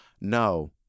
No